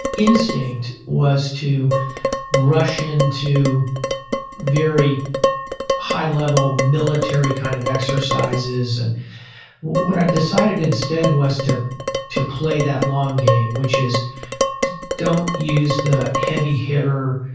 instinct was to rush into very high level military kind of exercises. and what i decided instead was to to play that long game, which is don't use the heavy hitter,